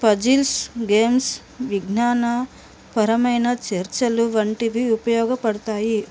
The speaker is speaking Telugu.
పజిల్స్ గేమ్స్ విజ్ఞాన పరమైన చర్చలు వంటివి ఉపయోగపడతాయి